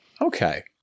Okay